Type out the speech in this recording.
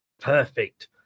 Perfect